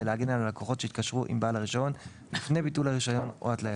להגן על לקוחות שהתקשרו עם בעל הרישיון לפני ביטול הרישיון או התלייתו,